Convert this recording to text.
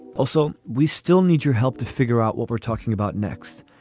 also, we still need your help to figure out what we're talking about next.